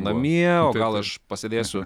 namie o gal aš pasėdėsiu